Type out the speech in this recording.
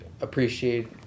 appreciate